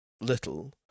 little